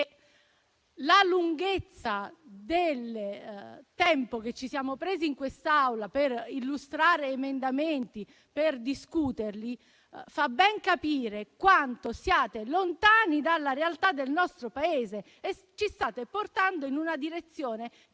La quantità di tempo che ci siamo presi in quest'Aula per illustrare gli emendamenti e discuterli fa ben capire quanto siate lontani dalla realtà del nostro Paese e ci state portando in una direzione che